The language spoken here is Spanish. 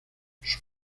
sus